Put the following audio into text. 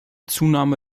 zunahme